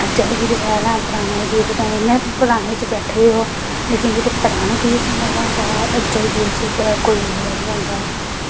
चली जाने पराने गीत इंया पराने च बैठे दे होन लेकिन जेह्ड़े पराने गीत च मज़ा अज्जै दे गीत च निं आंदा ऐ